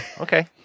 okay